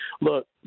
Look